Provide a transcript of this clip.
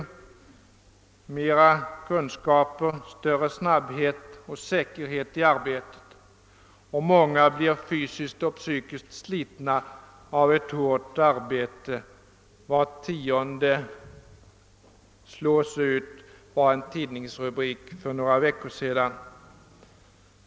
Det fordras mera kunskaper, större snabbhet och större säkerhet i arbetet, och många blir fysiskt och psykiskt slitna av ett hårt arbete. Var tionde slås ut — så löd en tidningsrubrik för några veckor sedan.